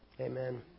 Amen